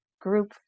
group